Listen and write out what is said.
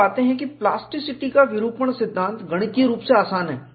हम पाते हैं कि प्लास्टिसिटी का विरूपण सिद्धांत गणितीय रूप से आसान है